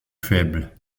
faible